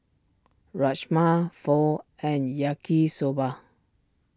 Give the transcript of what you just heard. Rajma Pho and Yaki Soba